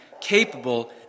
capable